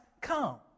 come